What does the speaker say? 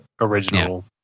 original